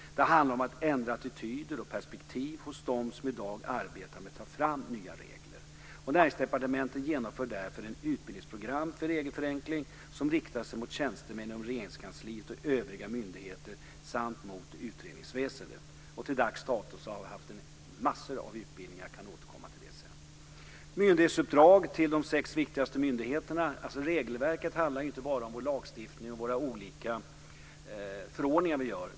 Det handlar om att ändra attityder och perspektiv hos dem som i dag arbetar med att ta fram nya regler. Näringsdepartementet genomför därför ett utbildningsprogram för regelförenkling som riktar sig mot tjänstemän inom Regeringskansliet och hos övriga myndigheter samt mot utredningsväsendet. Till dags dato har vi haft massor av utbildningar. Jag kan återkomma till det sedan. Vi har gett myndighetsuppdrag till de sex viktigaste myndigheterna. Regelverket handlar inte bara om vår lagstiftning och våra olika förordningar som utfärdas.